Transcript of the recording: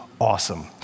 awesome